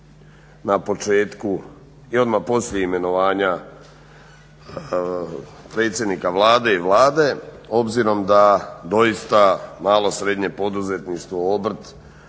na početku i odmah poslije imenovanja predsjednika Vlade i Vlade obzirom da doista malo srednje poduzetništvo, obrt